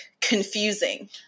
confusing